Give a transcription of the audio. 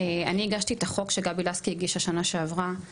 אני הגשתי את החוק שגבי לסקי הגישה בשנה שעברה,